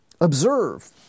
observe